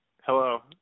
Hello